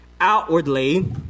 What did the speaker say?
outwardly